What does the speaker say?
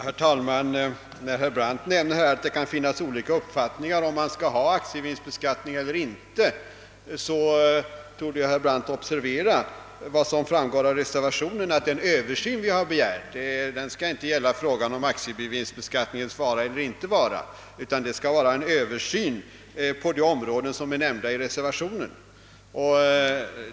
Herr talman! Herr Brandt säger att det kan finnas olika uppfattningar i frågan om man skall ha aktievinstbeskattning eller inte. Herr Brandt torde emellertid observera vad som framgår av reservationen, nämligen att den översyn som vi begär, inte gäller frågan om aktievinstbeskattningens vara eller inte vara. Den skall avse en översyn på de områden som är nämnda i reservationen.